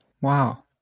Wow